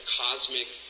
cosmic